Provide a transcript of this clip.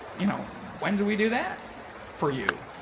you know when do we do that for you?